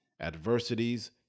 adversities